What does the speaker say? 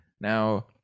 Now